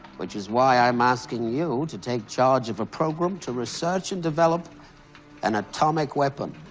which is why i'm asking you to take charge of a program to research and develop an atomic weapon.